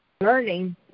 learning